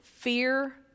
Fear